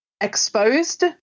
exposed